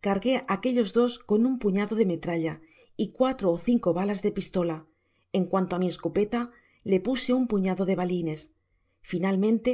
cargué aquellos dos con un peñado de metralla y cuatro ó cinco balas de pistola en cuajo mi escopeta le puse un puñado de balines mantente